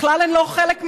בכלל הן לא חלק מה"אנחנו".